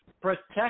protect